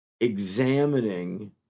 examining